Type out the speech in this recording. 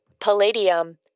Palladium